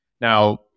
Now